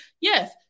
Yes